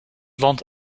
land